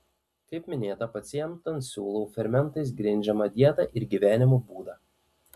kaip minėta pacientams siūlau fermentais grindžiamą dietą ir gyvenimo būdą